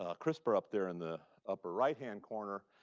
ah crispr up there in the upper right-hand corner.